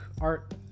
art